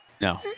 no